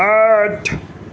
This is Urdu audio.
آٹھ